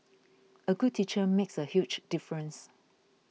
a good teacher makes a huge difference